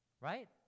right